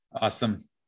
Awesome